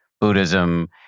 Buddhism